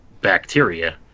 bacteria